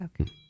Okay